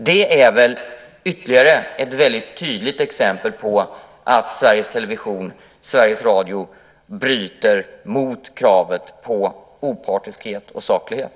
Det är väl ytterligare ett väldigt tydligt exempel på att Sveriges Television och Sveriges Radio bryter mot kravet på opartiskhet och saklighet?